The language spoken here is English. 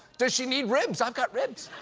does she need ribs? i've got ribs!